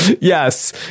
yes